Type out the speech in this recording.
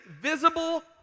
visible